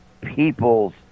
people's